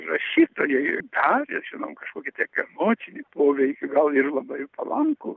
rašytojai davė žinom kažkokį tiek emocinį poveikį gal ir labai palankų